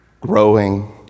growing